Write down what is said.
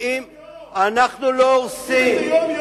אבל אתם הורסים את זה יום-יום,